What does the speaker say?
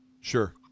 Sure